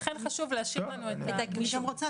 לכן חשוב להשאיר לנו את הגמישות.